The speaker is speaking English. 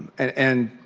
and and